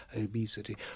obesity